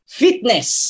fitness